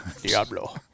Diablo